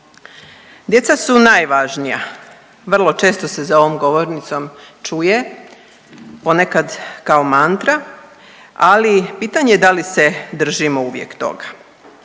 Djeca su najvažnija, vrlo često se za ovom govornicom čuje ponekad kao mantra, ali pitanje je da li se držimo uvijek toga.